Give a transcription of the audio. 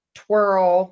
twirl